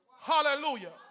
Hallelujah